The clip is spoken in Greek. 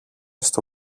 στο